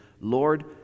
Lord